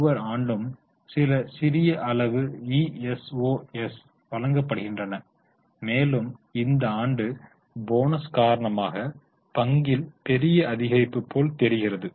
ஒவ்வொரு ஆண்டும் சில சிறிய அளவு இஎஸ்ஒஎஸ் வழங்கப்படுகின்றன மேலும் இந்த ஆண்டு போனஸ் காரணமாக பங்கில் பெரிய அதிகரிப்பு போல் தெரிகிறது